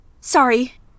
sorry